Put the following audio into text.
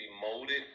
molded